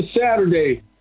Saturday